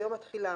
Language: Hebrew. ביום התחילה,